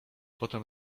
potem